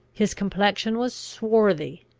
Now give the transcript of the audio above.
his complexion was swarthy,